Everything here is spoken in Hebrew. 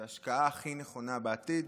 זו ההשקעה הכי נכונה בעתיד.